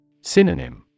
Synonym